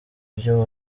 byo